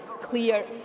clear